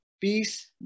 peace